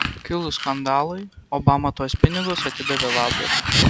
kilus skandalui obama tuos pinigus atidavė labdarai